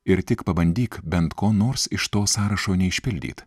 ir tik pabandyk bent ko nors iš to sąrašo neišpildyt